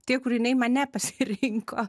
tie kūriniai mane pasirinko